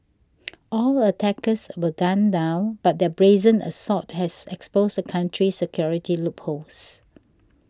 all attackers were gunned down but their brazen assault has exposed the country's security loopholes